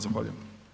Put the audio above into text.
Zahvaljujem.